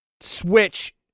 Switch